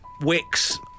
Wicks